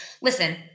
listen